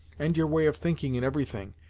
and your way of thinking in every thing,